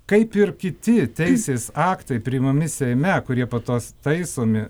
kaip ir kiti teisės aktai priimami seime kurie po to taisomi